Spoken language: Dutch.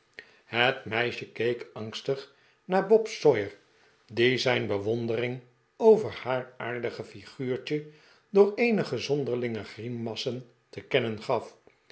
het meisje keek angstig naar bob sawyer die zijn bewondering over haar aardige figuurtje door eenige zonderlinge grimassen te kennexi gaf